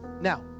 Now